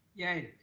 yay.